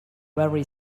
very